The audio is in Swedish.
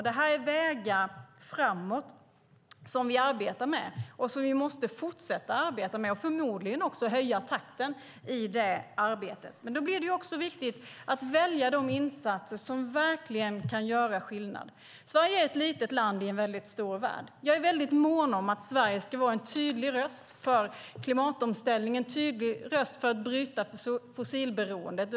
Det här är vägar framåt som vi arbetar med och som vi måste fortsätta att arbeta med, och förmodligen måste vi höja takten i det arbetet. Då blir det också viktigt att välja de insatser som verkligen kan göra skillnad. Sverige är ett litet land i en väldigt stor värld. Jag är mån om att Sverige ska vara en tydlig röst för klimatomställningen och en tydlig röst för att bryta fossilberoendet.